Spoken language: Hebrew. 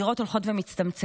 והדירות הולכות ומצטמצמות.